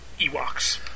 Ewoks